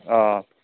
অঁ